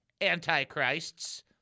antichrists